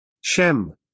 Shem